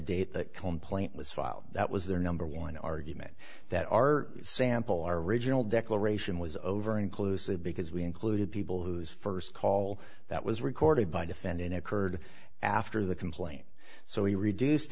date the complaint was filed that was their number one argument that our sample our original declaration was over inclusive because we included people whose first call that was recorded by defending occurred after the complaint so we reduced